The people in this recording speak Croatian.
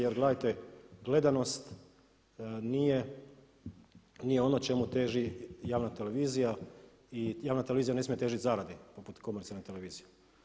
Jer gledajte, gledanost nije ono čemu teži javna televizija i javna televizija ne smije težiti zaradi poput komercijalnih televizija.